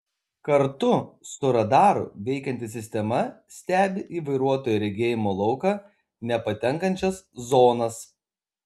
kartu su radaru veikianti sistema stebi į vairuotojo regėjimo lauką nepatenkančias zonas